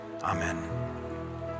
Amen